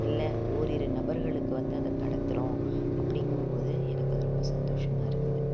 இல்லை ஓரிரு நபர்களுக்கு வந்து அதை கடத்துகிறோம் அப்படிங்கம்போது எனக்கு அது ரொம்ப சந்தோஷமா இருக்குது